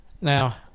Now